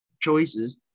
choices